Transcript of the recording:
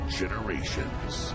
generations